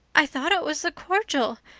i thought it was the cordial.